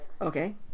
Okay